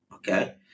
Okay